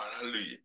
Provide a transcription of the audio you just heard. hallelujah